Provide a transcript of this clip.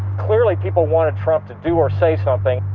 clearly people wanted trump to do or say something.